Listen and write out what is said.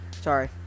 Sorry